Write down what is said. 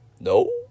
No